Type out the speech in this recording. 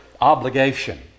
obligation